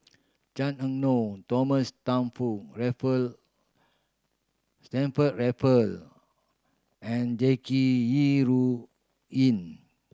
Chan Ah Kow Thomas Stamford Raffle Stamford Raffle and Jackie Yi Ru Ying